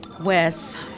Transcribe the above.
Wes